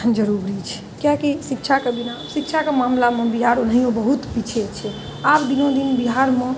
जरूरी छै किआकि शिक्षाके बिना शिक्षाके मामलामे बिहार ओहिनाहियो बहुत पीछे छै आब दिनोदिन बिहारमे